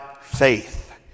faith